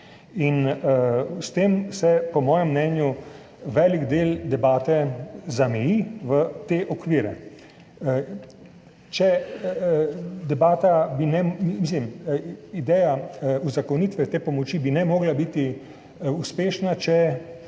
s tem se po mojem mnenju velik del debate zameji v te okvire. Ideja uzakonitve te pomoči ne bi mogla biti uspešna,